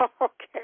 Okay